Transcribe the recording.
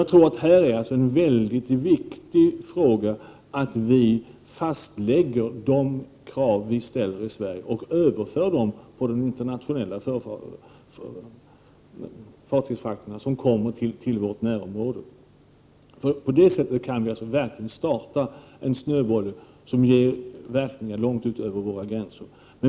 Jag tror alltså att det är mycket viktigt att vi här i Sverige fastlägger de krav som vi ställer och överför dem på de internationella fartygsfrakter som kommer till vårt närområde. På det sättet kan vi alltså starta en snöboll som ger verkningar långt ut över våra gränser.